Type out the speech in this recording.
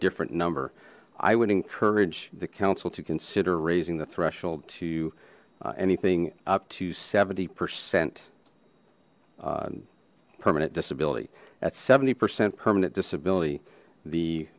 different number i would encourage the council to consider raising the threshold to anything up to seventy percent permanent disability at seventy percent permanent disability the